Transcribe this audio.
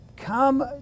come